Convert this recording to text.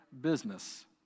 business